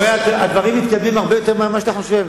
הדברים מתקדמים הרבה יותר מהר ממה שאתה חושב.